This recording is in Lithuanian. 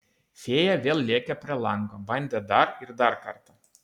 fėja vėl lėkė prie lango bandė dar ir dar kartą